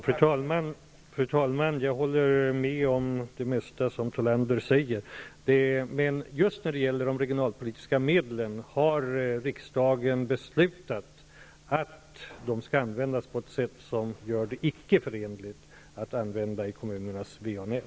Fru talman! Jag håller med om det mesta som Thollander säger, men när det gäller de regionalpolitiska medlen har riksdagen beslutat att just dessa skall användas på ett sådant sätt att de icke kan sättas in på kommunernas VA-nät.